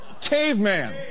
caveman